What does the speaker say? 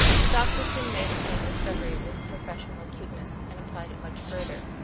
the doctor soon made the same discovery with professional acuteness, and applied it much further.